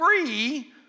free